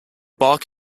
bark